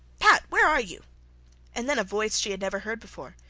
pat! where are you and then a voice she had never heard before,